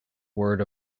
word